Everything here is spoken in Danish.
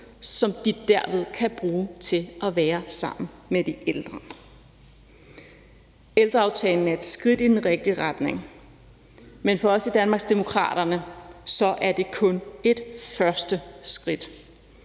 som de derved kan bruge til at være sammen med de ældre. Ældreaftalen er et skridt i den rigtige retning, men for os i Danmarksdemokraterne er det kun et første skridt,